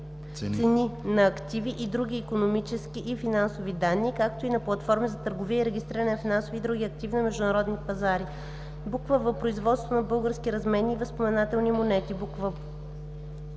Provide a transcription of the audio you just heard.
цени на активи и други икономически и финансови данни, както и на платформи за търговия и регистриране на финансови и други активи на международните пазари; в) производство на български разменни и възпоменателни монети;“